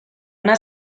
una